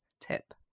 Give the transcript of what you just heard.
tip